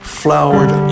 flowered